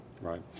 right